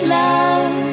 love